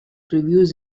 previews